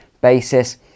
basis